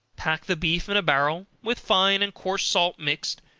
pack the beef in a barrel, with fine and coarse salt mixed,